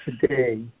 today